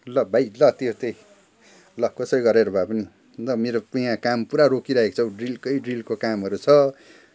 ल भाइ ल त्यो चाहिँ ल कसै गरेर भए पनि ल मेरो यहाँ काम पुरा रोकिइरहेको छ हो ड्रिलकै ड्रिलको कामहरू छ